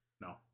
No